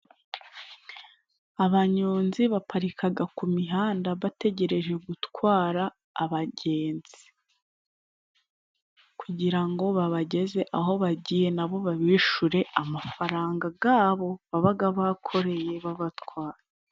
Abanyonzi baparikaga ku mihanda bategeje gutwara abagenzi ,kugira ngo babageze aho bagiye nabo babishure amafaranga gabo babaga bakoreye babatwara.